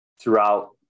throughout